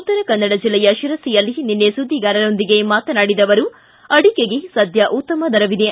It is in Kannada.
ಉತ್ತರಕನ್ನಡ ಜಿಲ್ಲೆಯ ಶಿರಸಿಯಲ್ಲಿ ನಿನ್ನೆ ಸುದ್ದಿಗಾರರೊಂದಿಗೆ ಮಾತನಾಡಿದ ಅವರು ಅಡಿಕೆಗೆ ಸದ್ದ ಉತ್ತಮ ದರವಿದೆ